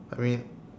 I mean